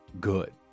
good